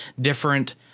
different